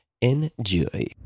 Enjoy